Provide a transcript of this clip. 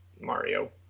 mario